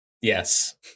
Yes